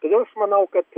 todėl aš manau kad